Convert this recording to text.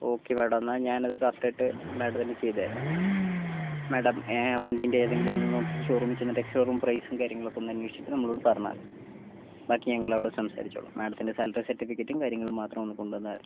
okay madam എന്നാൽ ഞാനത് correct ആയിട്ട് മാഡത്തിന് ചെയ്തുതരാം മാഡം വണ്ടീൻ്റെ ഏതെങ്കിലും ഒന്നു നോക്കി ഷോറൂമിൽ ചെന്നിട്ട് ഷോറൂം പ്രൈസും കാര്യങ്ങളുമൊക്കേ ഒന്ന് അന്വേഷിച്ചിട്ട് നമ്മളോട് പറഞ്ഞാൽ മതി ബാക്കി ഞങ്ങൾ അവിടെ സംസാരിച്ചോളാം മാഡത്തിൻ്റെ സാലറി സർട്ടിഫിക്കറ്റും കാര്യങ്ങളും മാത്രം ഒന്ന് കൊണ്ടുവന്നാൽ മതി